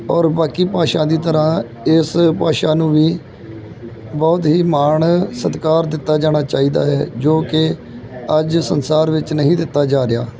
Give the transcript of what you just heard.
ਔਰ ਬਾਕੀ ਭਾਸ਼ਾ ਦੀ ਤਰ੍ਹਾਂ ਇਸ ਭਾਸ਼ਾ ਨੂੰ ਵੀ ਬਹੁਤ ਹੀ ਮਾਣ ਸਤਿਕਾਰ ਦਿੱਤਾ ਜਾਣਾ ਚਾਹੀਦਾ ਹੈ ਜੋ ਕਿ ਅੱਜ ਸੰਸਾਰ ਵਿੱਚ ਨਹੀਂ ਦਿੱਤਾ ਜਾ ਰਿਹਾ